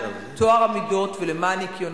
בעד, 29, נגד ונמנעים, אין.